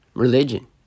religion